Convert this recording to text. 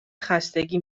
خستگی